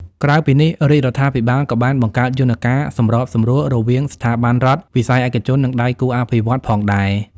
ក្រៅពីនេះ រាជរដ្ឋាភិបាលក៏បានបង្កើតយន្តការសម្របសម្រួលរវាងស្ថាប័នរដ្ឋ វិស័យឯកជន និងដៃគូអភិវឌ្ឍន៍ផងដែរ។